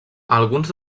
alguns